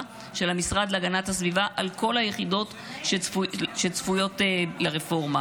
של המשרד להגנת הסביבה על כל היחידות שצפויות לרפורמה.